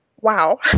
wow